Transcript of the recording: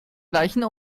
gleichen